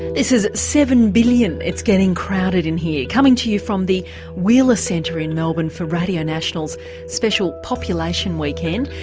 this is seven billion it's getting crowded in here coming to you from the wheeler centre in melbourne for radio national's special population weekend.